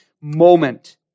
moment